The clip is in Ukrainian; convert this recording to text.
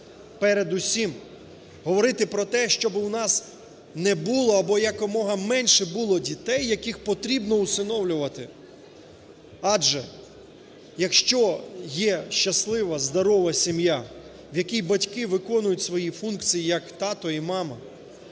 Передусім говорити про те, щоби у нас не було або якомога менше було дітей, яких потрібно усиновлювати, адже якщо є щаслива здорова сім'я, в якій батьки виконують свої функції як тато і мама,